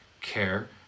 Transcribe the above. care